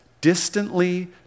distantly